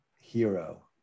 hero